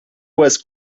was